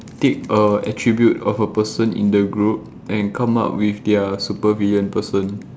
take a attribute of a person in the group and come up with their supervillain person